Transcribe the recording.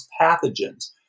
pathogens